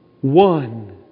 one